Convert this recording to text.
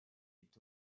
est